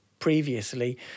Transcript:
Previously